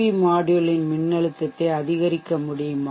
we மாட்யூல்யின் மின்னழுத்தத்தை அதிகரிக்க முடியுமா